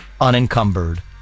unencumbered